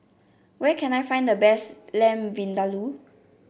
where can I find the best Lamb Vindaloo